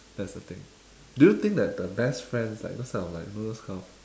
that's the thing do you think that the best friends like those kind like you know those kind of